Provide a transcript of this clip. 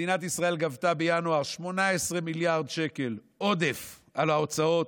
מדינת ישראל גבתה בינואר 18 מיליארד שקל עודף על ההוצאות,